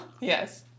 Yes